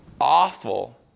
awful